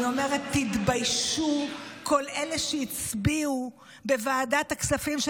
אני אומרת: תתביישו כל אלה שהצביעו בוועדת הכספים של